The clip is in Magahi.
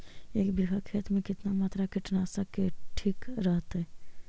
एक बीघा खेत में कितना मात्रा कीटनाशक के ठिक रहतय?